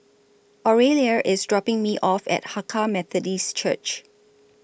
Aurelia IS dropping Me off At Hakka Methodist Church